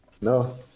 No